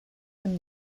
him